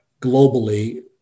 globally